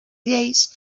lleis